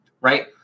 Right